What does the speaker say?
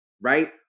right